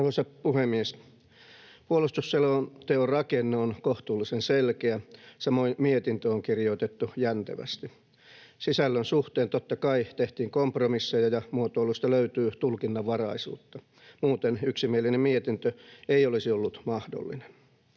Arvoisa puhemies! Puolustusselonteon rakenne on kohtuullisen selkeä, samoin mietintö on kirjoitettu jäntevästi. Sisällön suhteen totta kai tehtiin kompromisseja, ja muotoiluista löytyy tulkinnanvaraisuutta. Muuten yksimielinen mietintö ei olisi ollut mahdollinen.